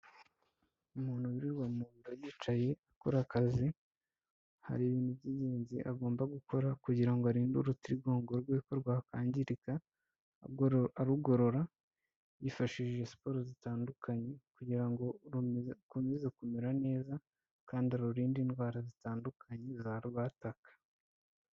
Umuntu wiriwe mu nzu yicaye akora akazi, hari ibintu by'ingenzi agomba gukora kugira ngo arinde urutirigongo rwe ko rwakangirika, arugorora yifashishije siporo zitandukanye, kugira ngo rukomeze kumera neza, kandi arurinde indwara zitandukanye za rwataka.